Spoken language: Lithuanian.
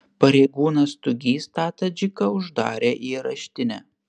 pareigūnas stugys tą tadžiką uždarė į areštinę